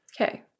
Okay